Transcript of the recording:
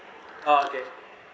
oh okay